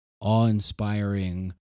awe-inspiring